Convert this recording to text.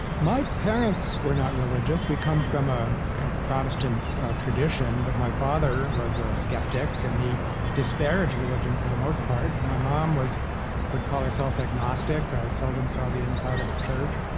my parents were not religious. we come from a protestant tradition, but my father was a skeptic and he disparaged religion for the most part. and my mom would call herself agnostic. i seldom saw the inside of a church.